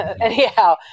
anyhow